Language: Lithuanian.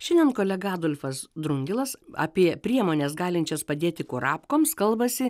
šiandien kolega adolfas drungilas apie priemones galinčias padėti kurapkoms kalbasi